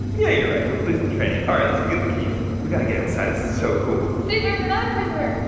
yeah you're right, we're police in training. alright, let's go get the keys. we gotta get inside, this is so cool. steve, there's another prisoner!